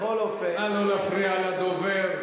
בכל אופן, נא לא להפריע לדובר.